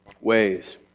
ways